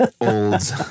olds